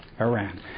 Iran